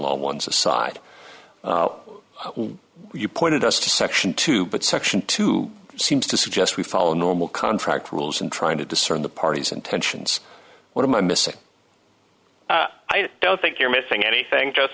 law ones aside you pointed us to section two but section two seems to suggest we follow normal contract rules and trying to discern the party's intentions what am i missing i don't think you're missing anything j